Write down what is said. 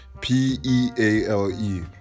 p-e-a-l-e